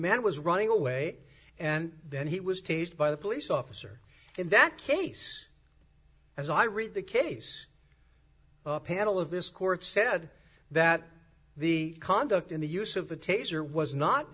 man was running away and then he was teased by the police officer in that case as i read the case a panel of this court said that the conduct in the use of the tas